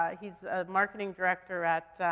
ah he's a marketing director at,